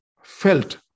felt